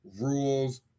rules